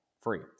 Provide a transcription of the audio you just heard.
free